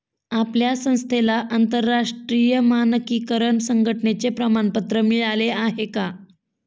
आपल्या संस्थेला आंतरराष्ट्रीय मानकीकरण संघटने चे प्रमाणपत्र मिळाले आहे का?